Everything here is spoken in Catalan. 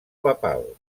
papal